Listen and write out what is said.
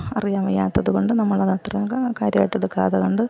അറിയാൻ വയ്യാത്തതു കൊണ്ട് നമ്മളത് അത്ര കാര്യമായിട്ട് എടുക്കാത്തതു കൊണ്ട്